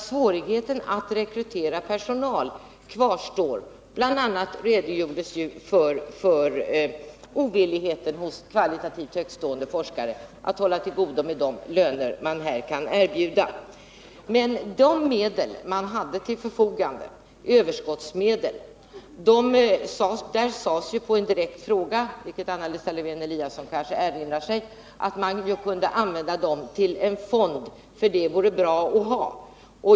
Svårigheten att rekrytera personal kvarstår nämligen — bl.a. redogjordes för ovilligheten hos kvalitativt högtstående forskare att hålla till godo med de löner man kan erbjuda. Men när det gäller de medel man hade till förfogande — det var fråga om överskottsmedel — sades det ju på en direkt fråga, vilket Anna Lisa Lewén-Eliasson kanske erinrar sig, att man kunde använda dem till en fond, för det vore bra att ha.